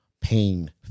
pain